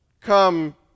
come